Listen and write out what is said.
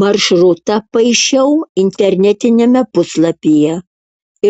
maršrutą paišiau internetiniame puslapyje